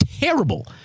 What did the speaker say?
terrible